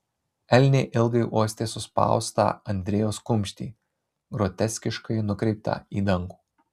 elnė ilgai uostė suspaustą andriejaus kumštį groteskiškai nukreiptą į dangų